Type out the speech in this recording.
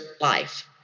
life